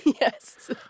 Yes